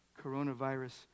coronavirus